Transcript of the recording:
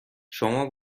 شما